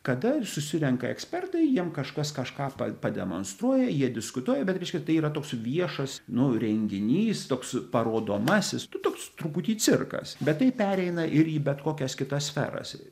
kada susirenka ekspertai jiem kažkas kažką pa pademonstruoja jie diskutuoja bet reiškia tai yra toks viešas nu renginys toks parodomasis tu toks truputį cirkas bet tai pereina ir į bet kokias kitas sferas